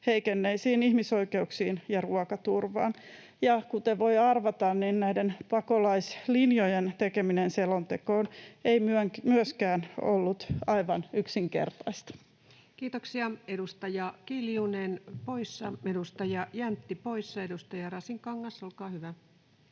heikenneisiin ihmisoikeuksiin ja ruokaturvaan. Ja kuten voi arvata, näiden pakolaislinjojen tekeminen selontekoon ei myöskään ollut aivan yksinkertaista. Kiitoksia. — Edustaja Kiljunen, poissa. Edustaja Jäntti, poissa. — Edustaja Rasinkangas, olkaa hyvä.